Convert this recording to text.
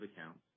accounts